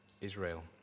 Israel